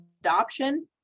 adoption